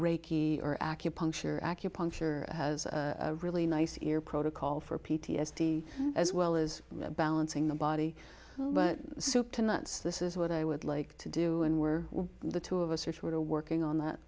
reiki or acupuncture acupuncture has a really nice year protocol for p t s d as well as balancing the body but soup to nuts this is what i would like to do and were the two of us are working on that